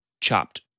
chopped